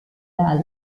dahl